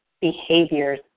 behaviors